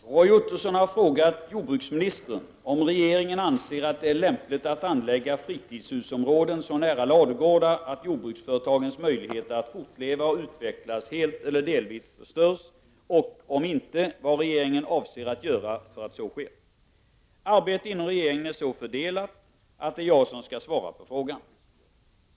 Herr talman! Roy Ottosson har frågat jordbruksministern om regeringen anser att det är lämpligt att anlägga fritidshusområden så nära ladugårdar att jordbruksföretagens möjligheter att fortleva och utvecklas helt eller delvis förstörs och — om regeringen inte anser detta — vad regeringen avser att göra för att så inte sker. Arbetet inom regeringen är så fördelat att det är jag som skall svara på frågan.